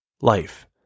Life